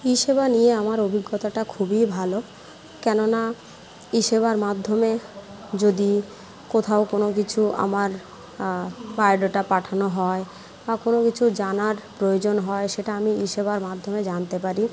ই সেবা নিয়ে আমার অভিজ্ঞতাটা খুবই ভালো কেন না ই সেবার মাধ্যমে যদি কোথাও কোনো কিছু আমার বায়োডেটা পাঠানো হয় বা কোনো কিছু জানার প্রয়োজন হয় সেটা আমি ই সেবার মাধ্যমে জানতে পারি